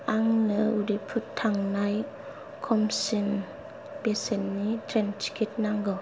आंनो उदइपुर थांनाय खमसिन बेसेननि ट्रेन टिकेट नांगौ